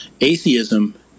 atheism